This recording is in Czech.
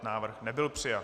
Návrh nebyl přijat.